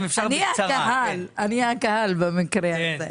אני כבר תשע שנים בבניין הזה.